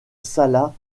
salat